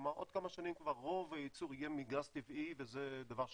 כלומר בעוד כמה שנים כבר רוב הייצור יהיה מגז טבעי וזה דבר שקורה.